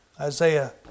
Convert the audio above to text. Isaiah